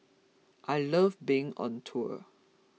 I love being on tour